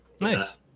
Nice